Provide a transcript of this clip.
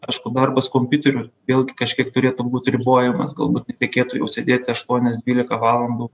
aišku darbas kompiuteriu vėlgi kažkiek turėtų būt ribojamas galbūt nereikėtų jau sėdėti aštuonias dvylika valandų